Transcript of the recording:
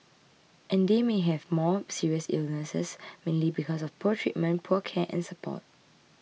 and they may have had more serious illnesses mainly because of poor treatment poor care and support